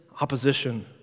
opposition